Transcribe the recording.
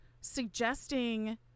suggesting